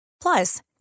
Plus